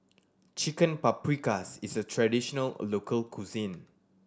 Chicken Paprikas is a traditional local cuisine